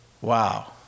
Wow